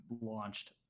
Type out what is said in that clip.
launched